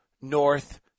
North